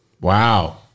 Wow